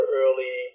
early